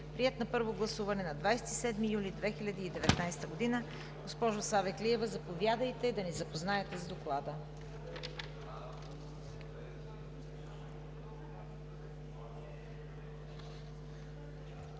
приет на първо гласуване на 27 юни 2019 г. Госпожо Савеклиева, заповядайте, за да ни запознаете с Доклада.